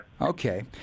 Okay